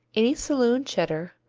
any saloon cheddar,